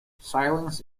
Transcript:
silence